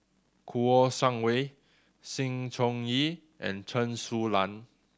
Kouo Shang Wei Sng Choon Yee and Chen Su Lan